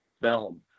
film